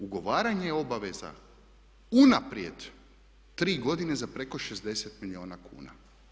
Ugovaranje obaveza unaprijed tri godine za preko 60 milijuna kuna.